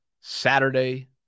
Saturday